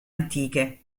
antiche